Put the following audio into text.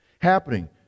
happening